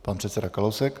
Pan předseda Kalousek.